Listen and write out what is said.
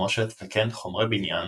תחמושת וכן חומרי בניין